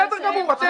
בסדר גמור.